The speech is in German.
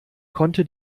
konnte